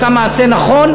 הוא עשה מעשה נכון.